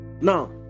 now